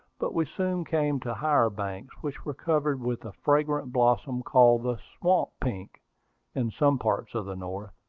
but we soon came to higher banks, which were covered with a fragrant blossom called the swamp pink in some parts of the north.